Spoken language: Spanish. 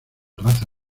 raza